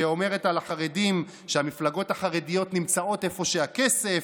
שאומרת שהמפלגות החרדיות נמצאות איפה שהכסף,